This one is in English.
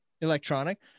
electronic